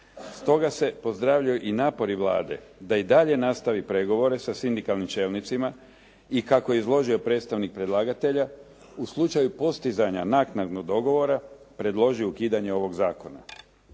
Stoga se pozdravljaju i napori Vlade da i dalje nastavi pregovore sa sindikalnim čelnicima i kako je izložio predstavnik predlagatelja, u slučaju postizanja naknadnog dogovora predloži ukidanje ovog zakona.